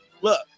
Look